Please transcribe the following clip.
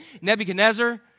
Nebuchadnezzar